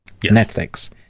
Netflix